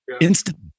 Instant